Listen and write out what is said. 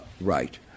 right